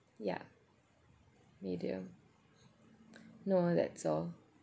ya medium no that's all